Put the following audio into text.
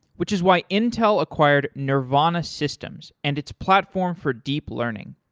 which is why intel acquired nervana systems and its platform for deep learning.